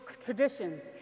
traditions